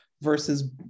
versus